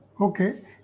okay